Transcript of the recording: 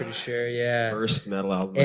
um sure, yeah. first metal album